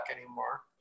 anymore